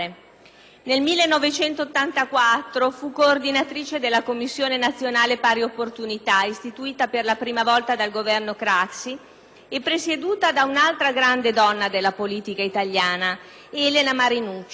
Nel 1984 fu coordinatrice della Commissione nazionale per le pari opportunità, istituita per la prima volta dal Governo Craxi e presieduta da un'altra grande donna della politica italiana, Elena Marinucci;